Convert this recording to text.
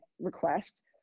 request